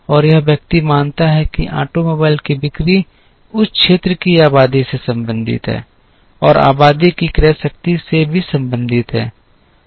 और यह व्यक्ति मानता है कि ऑटोमोबाइल की बिक्री उस क्षेत्र की आबादी से संबंधित है और आबादी की क्रय शक्ति से भी संबंधित है